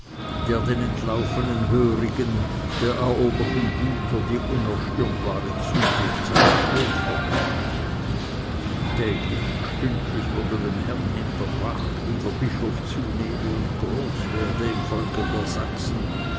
der den entlaufenen hörigen der eroberten güter die unerstürmbare zuflucht seiner klöster öffnete täglich und stündlich wurde dem herrn hinterbracht wie der bischof zunehme und groß werde im volke der sachsen